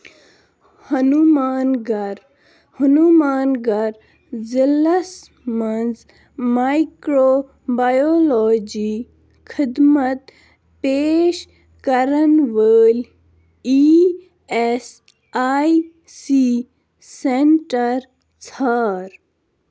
ہنوٗمان گَر ہنوٗمان گَر ضلعس مَنٛز مایِکرو بَیولوجی خدمت پیش کَرَن وٲلۍ E S I C centre ژھار